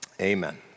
Amen